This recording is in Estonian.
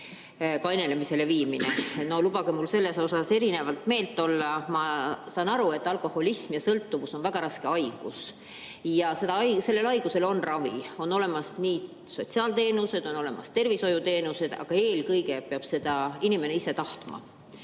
lahendamine. No lubage mul selles osas erineval arvamusel olla. Ma saan aru, et alkoholism, sõltuvus on väga raske haigus ja sellel haigusel on ravi, on olemas sotsiaalteenused ja on olemas tervishoiuteenused, aga eelkõige peab inimene ise tahtma.